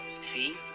See